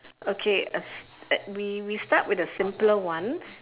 okay uh uh we we start with the simpler one